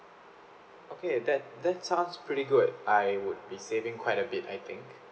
okay that that sounds pretty good I would be saving quite a bit I think